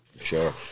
sure